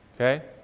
Okay